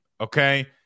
okay